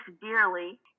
dearly